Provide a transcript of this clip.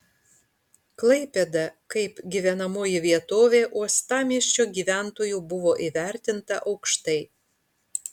klaipėda kaip gyvenamoji vietovė uostamiesčio gyventojų buvo įvertinta aukštai